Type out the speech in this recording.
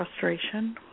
frustration